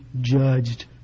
judged